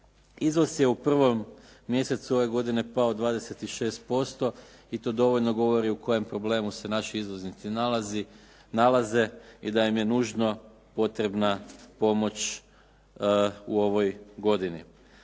Izvoz je u prvom mjesecu ove godine pao 26% i to dovoljno govori u kojem problemu se naši izvoznici nalaze i da im je nužno potrebna pomoć u ovoj godini.